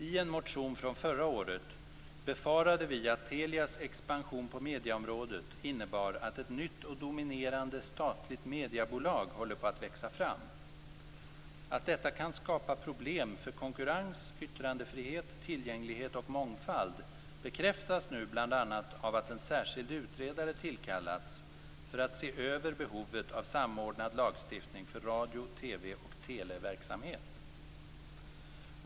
I en motion från förra året befarade vi att Telias expansion på medieområdet innebar att ett nytt och dominerande statligt mediebolag håller på att växa fram. Att detta kan skapa problem för konkurrens, yttrandefrihet, tillgänglighet och mångfald bekräftas nu bl.a. av att en särskild utredare tillkallats för att se över behovet av samordnad lagstiftning för radio, TV och televerksamhet.